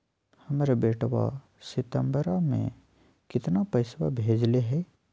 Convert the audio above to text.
हमर बेटवा सितंबरा में कितना पैसवा भेजले हई?